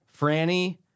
Franny